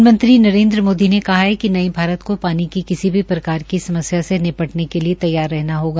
प्रधानमंत्री नरेन्द्र मोदी ने कहा है कि न्ये भारत को पानी की किसी भी प्रकार की समस्या से निपटने के लिए तैयार रहना होगा